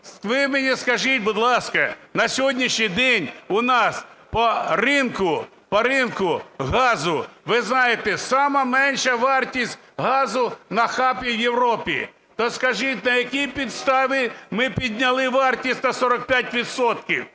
Ви мені скажіть, будь ласка, на сьогоднішній день у нас по ринку газу, ви знаєте, сама менша вартість газу на хабі в Європі, то скажіть, на якій підставі ми підняли вартість на 45